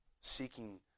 seeking